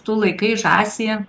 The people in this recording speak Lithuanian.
tu laikai žąsį